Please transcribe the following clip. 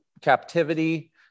captivity